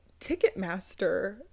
Ticketmaster